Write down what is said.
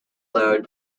load